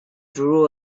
drew